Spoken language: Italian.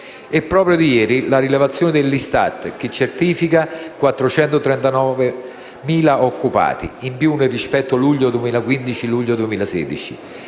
È proprio di ieri la rilevazione dell'ISTAT che certifica 439.000 occupati in più nel periodo luglio 2015-luglio 2016.